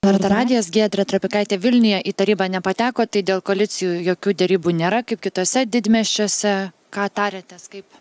lrt radijas giedrė trapikaitė vilniuje į tarybą nepatekot tai dėl koalicijų jokių derybų nėra kaip kituose didmiesčiuose ką tariatės kaip